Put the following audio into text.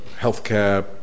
healthcare